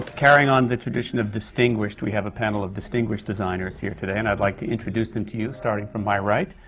carrying on the tradition of distinguished, we have a panel of distinguished designers here today, and i'd like to introduce them to you. starting from my right,